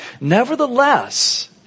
Nevertheless